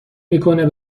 میکنه